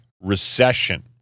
recession